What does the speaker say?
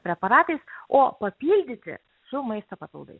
preparatais o papildyti su maisto papildais